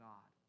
God